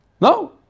No